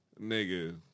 Nigga